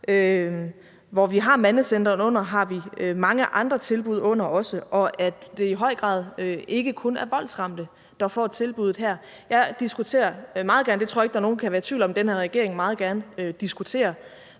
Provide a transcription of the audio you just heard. hvor vi har mandecentrene under, har vi mange andre tilbud under også, og at det i høj grad ikke kun er voldsramte, der får tilbuddet her. Jeg diskuterer meget gerne – jeg tror ikke, nogen kan være i tvivl om, at den her regering meget gerne diskuterer